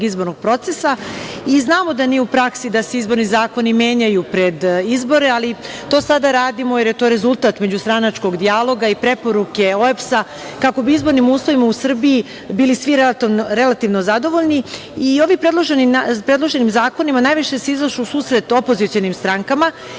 izbornog procesa. Znamo da nije u praksi da se izborni zakoni menjaju pred izbore, ali to sada radimo jer je to rezultat međustranačkog dijaloga i preporuke OEBS-a, kako bi izbornim uslovima u Srbiji bili svi relativno zadovoljni. Ovim predloženim zakonima najviše se izašlo u susret opozicionim strankama.